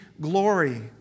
glory